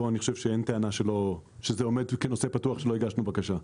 אין טענה שזה עומד כנושא פתוח שלא הגשנו בקשה.